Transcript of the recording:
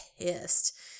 pissed